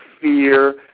fear